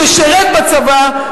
ששירת בצבא,